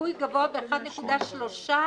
וסיכוי גבוה פי 1.3 לעשן